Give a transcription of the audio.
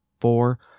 four